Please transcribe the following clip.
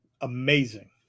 Amazing